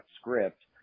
script